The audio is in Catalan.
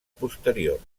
posteriors